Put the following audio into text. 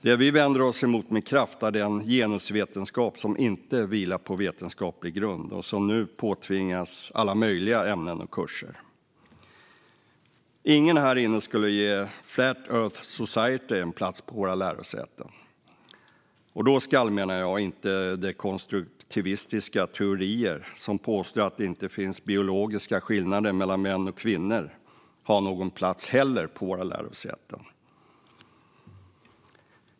Det vi vänder oss emot med kraft är den genusvetenskap som inte vilar på vetenskaplig grund och som nu påtvingas alla möjliga ämnen och kurser. Ingen här inne skulle ge Flat Earth Society en plats på våra lärosäten. Då ska, menar jag, inte dekonstruktivistiska teorier som påstår att det inte finns biologiska skillnader mellan män och kvinnor heller ha någon plats på våra lärosäten.